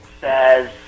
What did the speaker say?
says